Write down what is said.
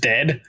dead